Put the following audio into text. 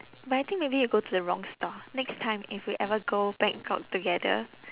but I think maybe you go to the wrong store next time if we ever go bangkok together